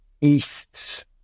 East